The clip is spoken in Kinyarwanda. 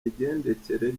migendekere